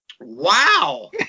Wow